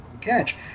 catch